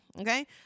Okay